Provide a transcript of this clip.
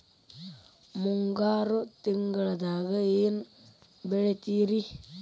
ಮುಂಗಾರು ತಿಂಗಳದಾಗ ಏನ್ ಬೆಳಿತಿರಿ?